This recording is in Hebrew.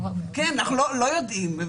אנחנו לא יודעים.